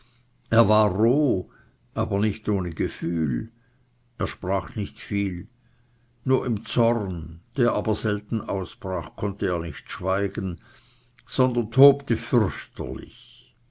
er war roh aber nicht ohne gefühl er sprach nicht viel nur im zorn der aber selten ausbrach konnte er nicht schweigen sondern tobte fürchterlich